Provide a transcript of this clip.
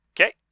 Okay